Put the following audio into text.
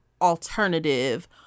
alternative